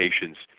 patients